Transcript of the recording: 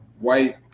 white